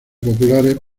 populares